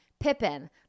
Pippin